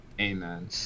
Amen